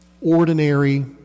ordinary